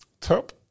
top